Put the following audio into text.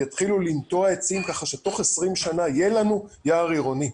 לטעת עצים כך שאחרי 20 שנים יהיה לנו יער עירוני.